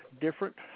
different